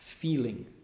feeling